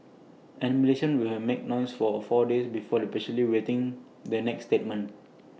and Malaysians will have make noise for four days before the patiently waiting the next statement